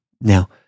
Now